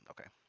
Okay